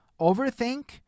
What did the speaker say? overthink